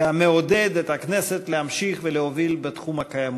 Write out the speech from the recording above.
ומעודד את הכנסת להמשיך ולהוביל בתחום הקיימות.